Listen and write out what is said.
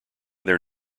their